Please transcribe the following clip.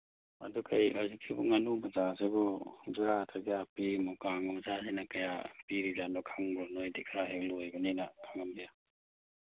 ꯑꯗꯨ ꯀꯩ ꯍꯧꯖꯤꯛꯁꯤꯕꯨ ꯉꯥꯅꯨ ꯃꯆꯥꯁꯤꯕꯨ ꯖꯨꯔꯥꯗ ꯀꯌꯥ ꯄꯤꯔꯤꯃꯣ ꯀꯥꯡꯒ ꯃꯆꯥꯁꯤꯅ ꯀꯌꯥ ꯄꯤꯔꯤꯖꯥꯠꯅꯣ ꯈꯪꯕ꯭ꯔꯣ ꯅꯣꯏꯗꯤ ꯈꯔ ꯍꯦꯛ ꯂꯣꯏꯕꯅꯤꯅ ꯈꯪꯉꯝꯕ ꯌꯥꯏ